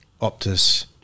Optus